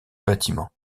bâtiment